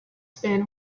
span